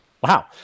Wow